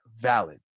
valid